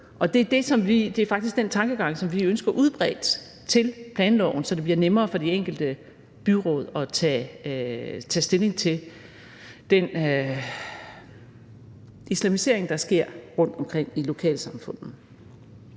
og det er faktisk den tankegang, vi ønsker udbredt til planloven, så det bliver nemmere for de enkelte byråd at tage stilling til den islamisering, der sker rundtomkring i lokalsamfundene.